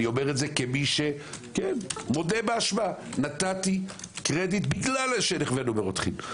אני אומר את זה כמי שמודה באשמה: נתתי קרדיט בגלל שנכווינו ברותחין.